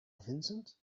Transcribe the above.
vincent